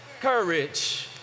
courage